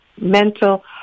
mental